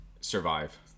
survive